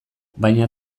baina